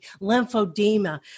lymphedema